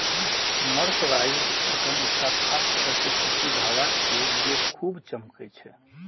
mercerised cotton एकटा खास तरह के सूती धागा छियै, जे खूब चमकै छै